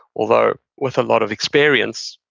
although with a lot of experience,